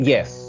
Yes